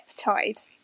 Peptide